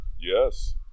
Yes